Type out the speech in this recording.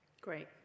Great